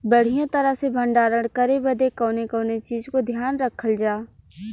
बढ़ियां तरह से भण्डारण करे बदे कवने कवने चीज़ को ध्यान रखल जा?